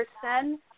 person